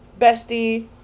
Bestie